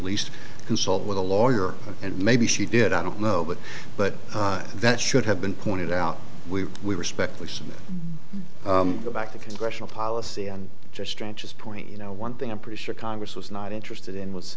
least consult with a lawyer and maybe she did i don't know but but that should have been pointed out we we respectfully submit go back to congressional policy and just branches point you know one thing i'm pretty sure congress was not interested in was